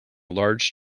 large